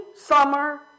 summer